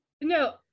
No